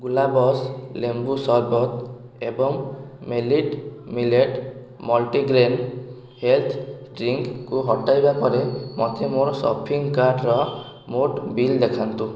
ଗୁଲାବ୍ସ ଲେମ୍ବୁ ସରବତ ଏବଂ ମେଲିଟ୍ ମିଲେଟ୍ ମଲ୍ଟିଗ୍ରେନ୍ ହେଲ୍ଥ୍ ଡ୍ରିଙ୍କକୁ ହଟାଇବା ପରେ ମୋତେ ମୋର ସପିଙ୍ଗ କାର୍ଟ୍ର ମୋଟ ବିଲ୍ ଦେଖାନ୍ତୁ